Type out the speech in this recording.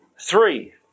Three